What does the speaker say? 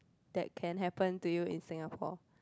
that can happen to you in Singapore